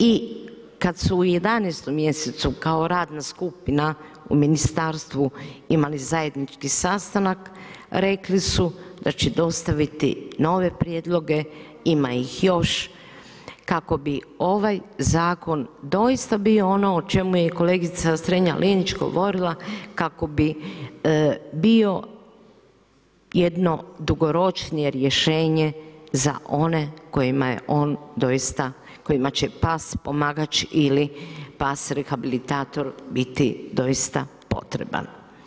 I kada su 11. mjesecu kao radna skupina u ministarstvu imali zajednički sastanak, rekli su da će dostaviti nove prijedloge, ima ih još kako bi ovaj zakon doista bio ono o čemu je kolegica STranja-Linić govorila kako bi bio jedno dugoročnije rješenje za one kojima je on doista, kojima će pas pomagač ili pas rehabilitator biti doista potreban.